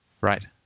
Right